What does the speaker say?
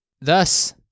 Thus